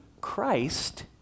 Christ